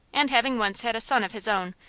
and having once had a son of his own,